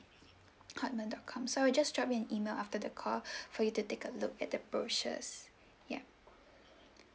hotmail dot com so I'll just drop you an email after the call for you to take a look at the brochures yup